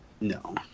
No